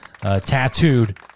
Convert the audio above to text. tattooed